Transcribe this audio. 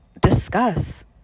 discuss